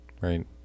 right